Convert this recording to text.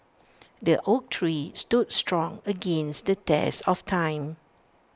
the oak tree stood strong against the test of time